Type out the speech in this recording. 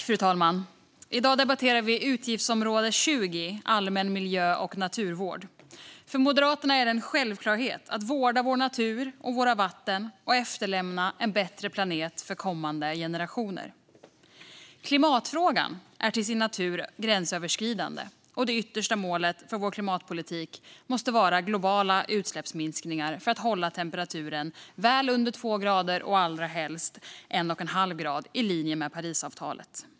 Fru talman! I dag debatterar vi utgiftsområde 20 Allmän miljö och naturvård. För Moderaterna är det en självklarhet att vårda vår natur och våra vatten och efterlämna en bättre planet till kommande generationer. Klimatfrågan är till sin natur gränsöverskridande, och det yttersta målet för vår klimatpolitik måste vara globala utsläppsminskningar för att hålla temperaturökningen väl under två grader, allra helst en och en halv grad, i linje med Parisavtalet.